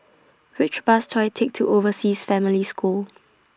Which Bus should I Take to Overseas Family School